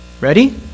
Ready